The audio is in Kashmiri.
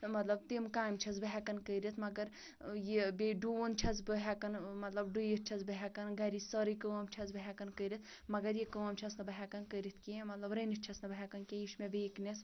مطلب تِم کامہِ چھیٚس بہٕ ہیٚکان کٔرِتھ مَگر ٲں یہِ بیٚیہِ ڈوٗنۍ چھیٚس بہٕ ہیٚکان مطلب ڈُوِتھ چھیٚس بہٕ ہیٚکان گھرِچۍ سٲرٕے کٲم چھیٚس بہٕ ہیٚکان کٔرِتھ مگر یہِ کٲم چھیٚس نہٕ بہٕ ہیٚکان کٔرِتھ کیٚنٛہہ مطلب رٔنِتھ چھیٚس نہٕ بہٕ ہیٚکان کیٚنٛہہ یہِ چھِ مےٚ ویٖکنیٚس